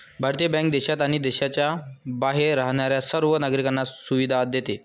भारतीय बँक देशात आणि देशाच्या बाहेर राहणाऱ्या सर्व नागरिकांना सुविधा देते